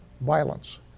violence